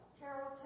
Carrollton